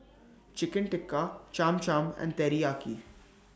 Chicken Tikka Cham Cham and Teriyaki